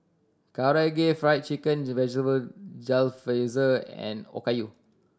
Karaage Fried Chicken Vegetable Jalfrezi and Okayu